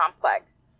complex